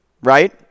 Right